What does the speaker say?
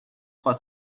trois